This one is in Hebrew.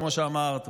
כמו שאמרת,